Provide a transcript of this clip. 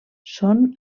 són